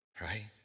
Right